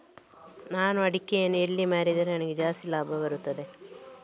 ನಾನು ಅಡಿಕೆಯನ್ನು ಎಲ್ಲಿ ಮಾರಿದರೆ ನನಗೆ ಜಾಸ್ತಿ ಲಾಭ ಬರುತ್ತದೆ?